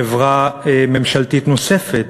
חברה ממשלתית נוספת,